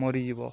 ମରିଯିବ